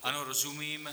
Ano, rozumím.